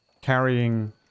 carrying